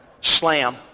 Slam